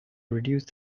reduce